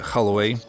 Holloway